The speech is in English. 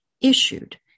issued